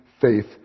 faith